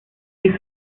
dies